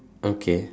okay